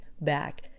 back